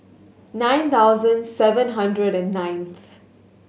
nine thousand seven hundred and ninth